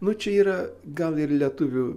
nu čia yra gal ir lietuvių